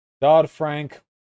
Dodd-Frank